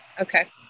Okay